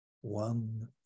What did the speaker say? one